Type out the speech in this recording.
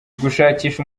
gushakisha